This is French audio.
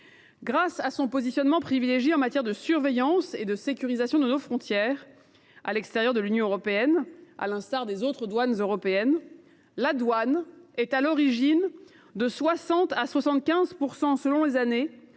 Grâce à son positionnement privilégié en matière de surveillance et de sécurisation des frontières extérieures de l’Union européenne, à l’instar des autres douanes européennes, la douane est à l’origine de 60 % à 75 % des saisies